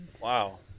wow